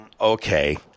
okay